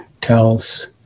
tells